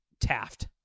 Taft